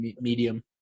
medium